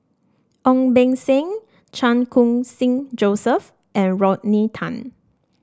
Ong Beng Seng Chan Khun Sing Joseph and Rodney Tan